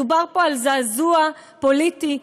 מדובר פה בזעזוע פוליטי,